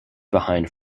behind